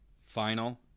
final